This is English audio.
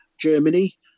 Germany